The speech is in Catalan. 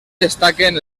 destaquen